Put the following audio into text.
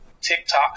TikTok